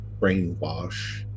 brainwash